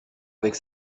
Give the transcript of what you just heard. avec